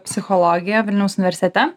psichologiją vilniaus universitete